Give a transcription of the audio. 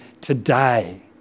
today